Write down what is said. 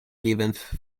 eleventh